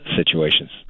situations